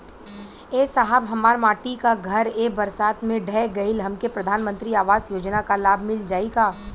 ए साहब हमार माटी क घर ए बरसात मे ढह गईल हमके प्रधानमंत्री आवास योजना क लाभ मिल जाई का?